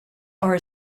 are